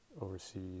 overseas